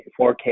4K